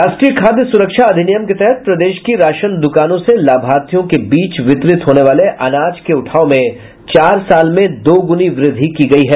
राष्ट्रीय खाद्य सुरक्षा अधिनियम के तहत प्रदेश की राशन दुकानों से लाभार्थियों के बीच वितरित होने वाले अनाज के उठाव में चार साल में दोगुनी वृद्धि हुयी है